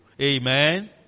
Amen